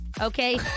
Okay